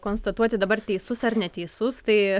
konstatuoti dabar teisus ar neteisus tai